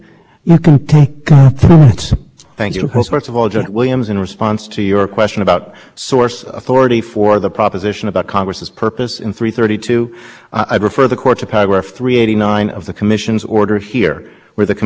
and the law here is not that notice is sufficient if you get pointed to the statute and are asked to imagine what possible changes might be in store this court said in h b o versus f c c that the agency's obligation is to set out its thinking